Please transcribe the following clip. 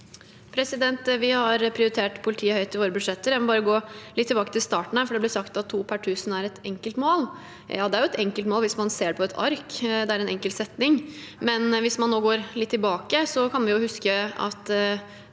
Vi har prioritert politiet høyt i våre budsjetter. Jeg må bare gå litt tilbake til starten her, for det ble sagt at to per tusen er et enkelt mål. Ja, det er et enkelt mål hvis man ser det på et ark. Det er en enkel setning, men hvis man går litt tilbake, kan vi huske at